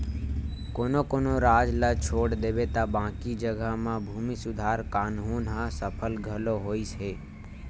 कोनो कोनो राज ल छोड़ देबे त बाकी जघा म भूमि सुधार कान्हून ह सफल घलो होइस हे